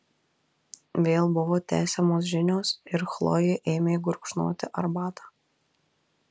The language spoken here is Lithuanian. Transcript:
vėl buvo tęsiamos žinios ir chlojė ėmė gurkšnoti arbatą